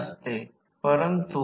तर voltage V s c प्रवाह Isc